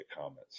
comments